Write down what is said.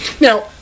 Now